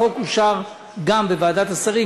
החוק אושר גם בוועדת השרים,